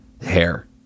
hair